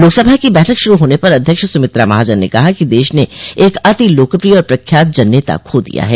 लोकसभा की बैठक शुरू होने पर अध्यक्ष सुमित्रा महाजन ने कहा कि देश ने एक अति लोकप्रिय और प्रख्यात जननेता खो दिया है